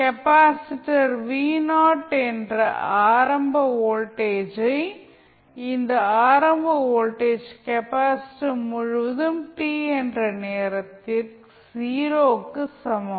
capacitor என்ற ஆரம்ப வோல்டேஜை இந்த ஆரம்ப வோல்டேஜ் கெப்பாசிட்டர் முழுவதும் t என்ற நேரத்தில் 0 க்கு சமம்